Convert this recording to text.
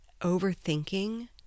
overthinking